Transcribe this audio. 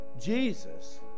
Jesus